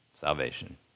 Salvation